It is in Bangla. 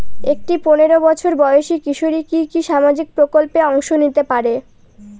একটি পোনেরো বছর বয়সি কিশোরী কি কি সামাজিক প্রকল্পে অংশ নিতে পারে?